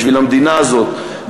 בשביל המדינה הזאת,